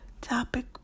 topic